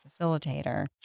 facilitator